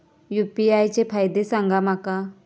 UPI चे फायदे सांगा माका?